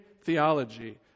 theology